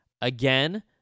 Again